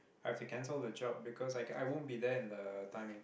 I have to cancel the job because I won't be there in the timing